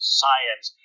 science